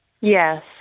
Yes